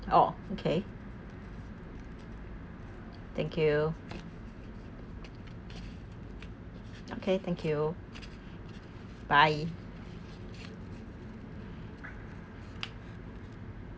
oh okay thank you okay thank you bye